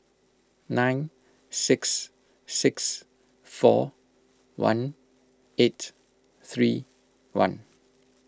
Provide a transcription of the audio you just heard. nine six six four one eight three one